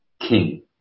king